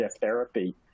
therapy